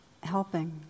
helping